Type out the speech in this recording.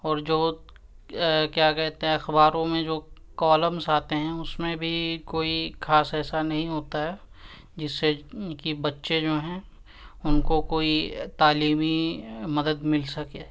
اور جو کیا کہتے ہیں اخباروں میں جو کالمس آتے ہیں اس میں بھی کوئی خاص ایسا نہیں ہوتا ہے جس سے کہ بچے جو ہیں ان کو کوئی تعلیمی مدد مل سکے